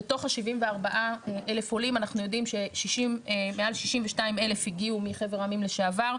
בתוך ה-74,000 עולים אנחנו יודעים שמעל 62,000 הגיעו מחבר העמים לשעבר,